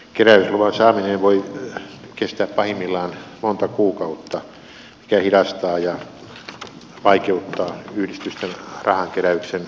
keräysluvan saaminen voi kestää pahimmillaan monta kuukautta mikä hidastaa ja vaikeuttaa yhdistysten rahankeräyksen toteuttamista